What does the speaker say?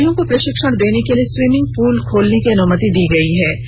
खिलाड़ियों को प्रशिक्षण देने के लिए स्वीमिंग पूल खोलने की अनुमति दी गई है